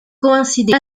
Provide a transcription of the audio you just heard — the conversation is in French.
coïncider